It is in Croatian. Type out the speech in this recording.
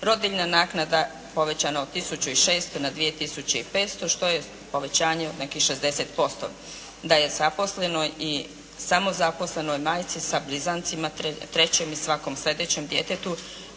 rodiljna naknada povećana od 1600 na 2500, što je povećanje od nekih 60%, da je zaposlenoj i samozaposlenoj majci sa blizancima, trećem i svakom sljedećem djetetu